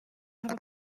have